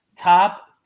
top